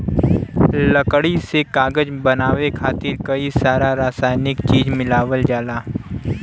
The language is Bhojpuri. लकड़ी से कागज बनाये खातिर कई सारा रासायनिक चीज मिलावल जाला